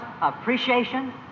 appreciation